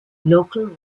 local